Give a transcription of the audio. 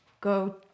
go